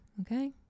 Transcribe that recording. okay